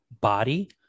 body